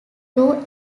two